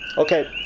okay,